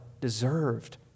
deserved